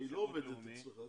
היא לא עובדת אצלך.